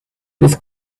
with